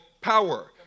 power